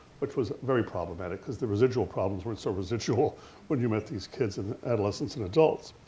which was very problematic because the residual problems weren't so residual when you met these kids in adolescence and adults.